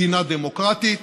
מדינה דמוקרטית